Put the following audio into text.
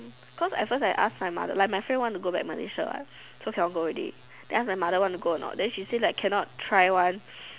cause at first I ask my mother like my friend wanna go back Malaysia what so she want go already then I ask my mother wanna go or not then she say like cannot try one